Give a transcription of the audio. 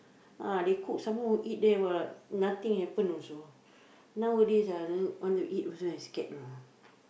ah they cook some more eat there what nothing happen also nowadays ah then want to eat also I scared you know